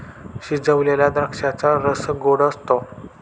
शिजवलेल्या द्राक्षांचा रस गोड असतो